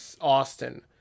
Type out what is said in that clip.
Austin